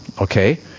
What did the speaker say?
okay